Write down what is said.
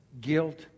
guilt